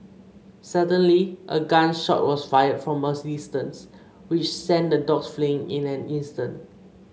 suddenly a gun shot was fired from a distance which sent the dogs fleeing in an instant